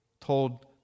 told